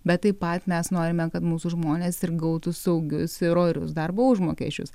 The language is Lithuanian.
bet taip pat mes norime kad mūsų žmonės ir gautų saugius ir orius darbo užmokesčius